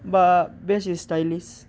বা বেশ স্টাইলশ